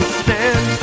stand